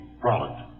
product